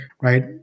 right